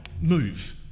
move